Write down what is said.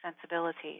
sensibilities